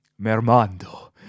Mermando